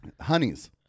Honeys